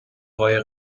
قایق